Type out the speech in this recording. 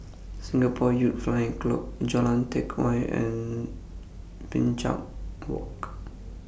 Singapore Youth Flying Club Jalan Teck Whye and Binchang Walk